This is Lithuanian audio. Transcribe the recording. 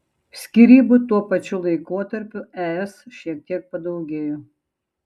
skyrybų tuo pačiu laikotarpiu es šiek tiek padaugėjo